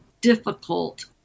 difficult